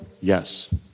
Yes